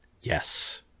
Yes